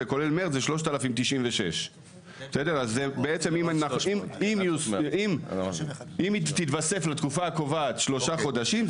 כולל חודש מרץ המספר הוא 3,096. אם יתווספו לתקופה הקובעת שלושה חודשים,